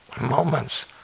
moments